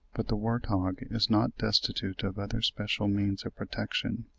but the wart-hog is not destitute of other special means of protection,